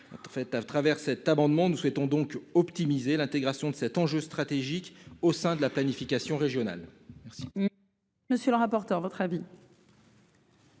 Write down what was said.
Solidarité et Territoires souhaite donc optimiser l'intégration de cet enjeu stratégique au sein de la planification régionale.